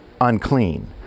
unclean